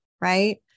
right